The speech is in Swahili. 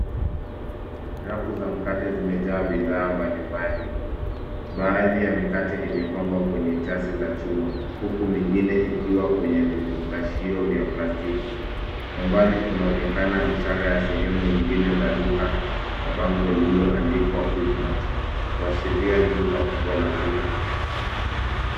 Rafu za mkate zimejaa bidhaa mbalimbali. Baadhi ya mikate imepangwa kwenye chasi za chuma huku mingine ikiwa kwenye vifungashio vya plastiki. Kwa mbali kunaonekana ishara ya sehemu nyingine za duka na bango lilioandikwa, Quickmart, kuashiria ni duka kubwa la Quickmart.